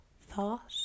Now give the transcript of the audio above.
thought